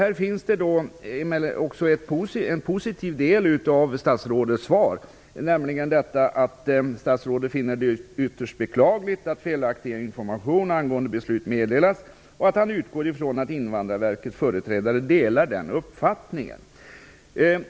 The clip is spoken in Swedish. Det finns emellertid också en positiv del i statsrådets svar, nämligen att statsrådet finner det ytterst beklagligt att felaktig information angående beslut meddelats och att statsrådet utgår från att Invandrarverkets företrädare delar denna uppfattning.